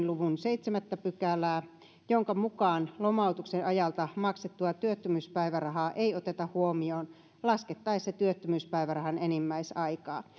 luvun seitsemättä pykälää jonka mukaan lomautuksen ajalta maksettua työttömyyspäivärahaa ei oteta huomioon laskettaessa työttömyyspäivärahan enimmäisaikaa